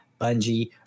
Bungie